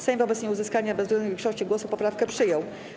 Sejm wobec nieuzyskania bezwzględnej większości głosów poprawkę przyjął.